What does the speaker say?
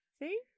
See